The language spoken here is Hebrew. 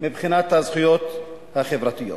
מבחינת הזכויות החברתיות.